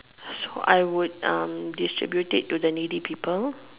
so I would distribute it to the needy people